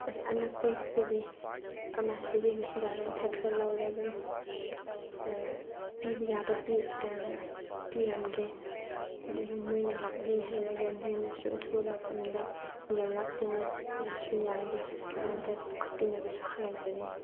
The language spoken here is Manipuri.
ꯑꯁꯤ ꯑꯅꯛꯄꯗꯗꯤ ꯐꯥꯔꯃꯥꯁꯤꯗꯒꯤ ꯍꯤꯗꯥꯛ ꯂꯥꯡꯊꯛ ꯈꯔ ꯂꯧꯔꯒ ꯄꯤꯕ ꯌꯥꯕ ꯄꯤꯔꯝꯒꯦ ꯑꯗꯨꯒ ꯅꯣꯏꯅ ꯂꯥꯛꯂꯦ ꯍꯥꯏꯔꯒ ꯅꯣꯏꯅꯁꯨ ꯑꯊꯨꯕ ꯃꯇꯝꯗ ꯌꯧꯔꯛꯇꯨꯅ ꯅꯣꯏꯅꯁꯨ ꯌꯥꯔꯗꯤ ꯍꯣꯁꯄꯤꯇꯥꯜꯗ ꯄꯨꯈꯠꯄꯤꯅꯕꯁꯨ ꯍꯥꯏꯖꯔꯤ